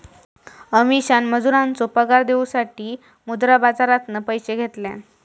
अमीषान मजुरांचो पगार देऊसाठी मुद्रा बाजारातना पैशे घेतल्यान